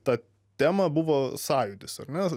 tą temą buvo sąjūdis ar ne